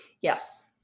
yes